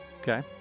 Okay